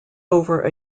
over